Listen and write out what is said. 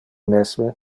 mesme